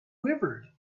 quivered